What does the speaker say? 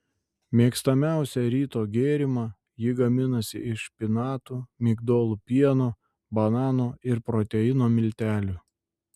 mėgstamiausią ryto gėrimą ji gaminasi iš špinatų migdolų pieno banano ir proteino miltelių